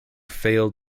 failed